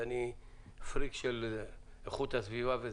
ואני פריק של איכות הסביבה.